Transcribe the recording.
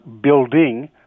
building